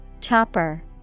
Chopper